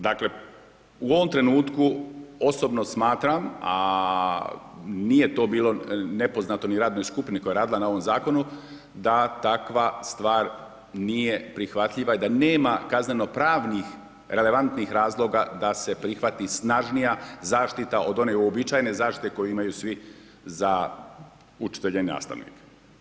Dakle u ovom trenutku osobno smatram a nije to bilo nepoznato ni radnoj skupini koja je radila na ovom zakonu, da takva stvar nije prihvatljiva i da nema kazneno-pravnih relevantnih razloga da se prihvati snažnija zaštita od one uobičajene zaštite koju imaju svi za učitelje i nastavnike.